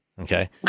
Okay